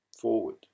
forward